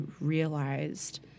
realized